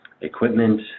equipment